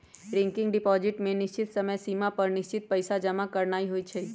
recurring deposit में निश्चित समय सिमा पर निश्चित पइसा जमा करानाइ होइ छइ